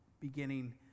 beginning